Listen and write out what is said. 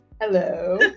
Hello